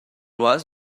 was